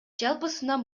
жалпысынан